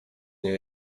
nie